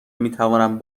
میتوانم